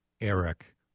Eric